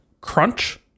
crunch